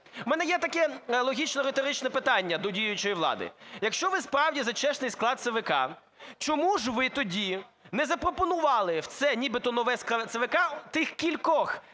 У мене є таке логічно-риторичне питання до діючої влади. Якщо ви справді за чесний склад ЦВК, чому ж ви тоді не запропонували в цю нібито нову ЦВК тих кількох,